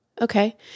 Okay